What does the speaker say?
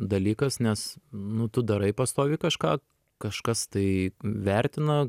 dalykas nes nu tu darai pastoviai kažką kažkas tai vertina